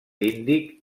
indi